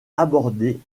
abordée